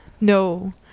no